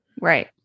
Right